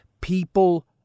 people